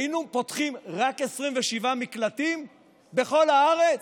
היינו פותחים רק 27 מקלטים בכל הארץ?